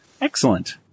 Excellent